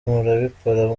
murabikora